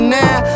now